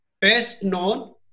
best-known